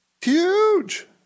Huge